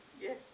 Yes